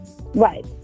Right